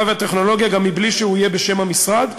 והטכנולוגיה גם מבלי שהוא יהיה בשם המשרד,